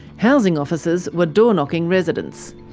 housing officers were doorknocking residents.